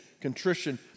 contrition